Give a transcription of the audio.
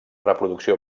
reproducció